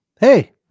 Hey